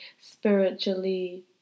spiritually